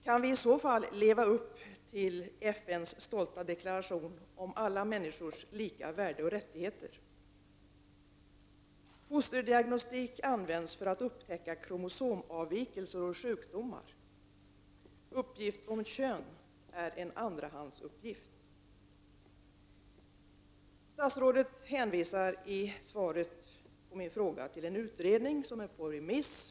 Kan vi i så fall leva upp till FN:s stolta deklaration om alla människors lika värde och rättigheter? Fosterdiagnostik används för att upptäcka kromosomavvikelser och sjukdomar. Uppgift om kön är en andrahandsuppgift. Statsrådet hänvisar i svaret på min fråga till en utredning som är ute på remiss.